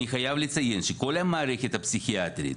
אני חייב לציים שכל המערכת הפסיכיאטרית,